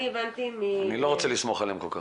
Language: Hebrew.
אני לא רוצה לסמוך עליהם כל כך.